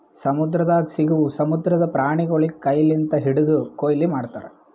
ಸಮುದ್ರದಾಗ್ ಸಿಗವು ಸಮುದ್ರದ ಪ್ರಾಣಿಗೊಳಿಗ್ ಕೈ ಲಿಂತ್ ಹಿಡ್ದು ಕೊಯ್ಲಿ ಮಾಡ್ತಾರ್